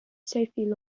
sophie